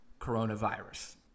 coronavirus